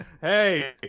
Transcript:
Hey